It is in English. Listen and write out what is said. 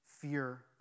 fear